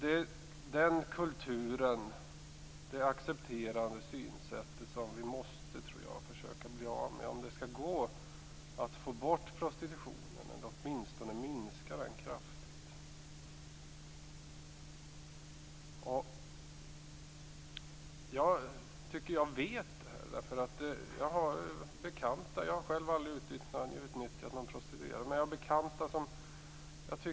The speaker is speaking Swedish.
Det är den kulturen och det accepterande synsättet som vi måste försöka bli av med om det skall gå att få bort prostitutionen eller åtminstone minska den kraftigt. Jag vet detta därför att jag har bekanta. Jag har själv aldrig utnyttjat någon prostituerad, men jag har bekanta.